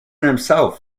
himself